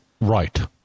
Right